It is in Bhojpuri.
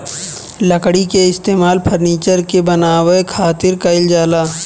लकड़ी के इस्तेमाल फर्नीचर के बानवे खातिर कईल जाला